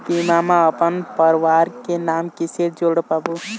बीमा म अपन परवार के नाम किसे जोड़ पाबो?